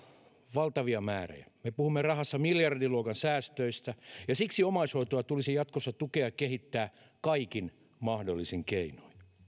valtavia määriä me puhumme rahassa miljardiluokan säästöistä ja siksi omaishoitoa tulisi jatkossa tukea ja kehittää kaikin mahdollisin keinoin